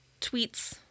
tweets